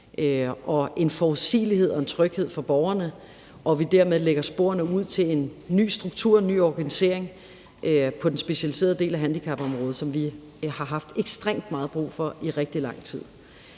en forudsigelighed og en tryghed for borgerne, og at vi dermed lægger sporene til en ny struktur og ny organisering på den specialiserede del af handicapområdet – noget, som vi har haft ekstremt meget brug for i rigtig lang tid.